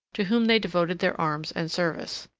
to whom they devoted their arms and service.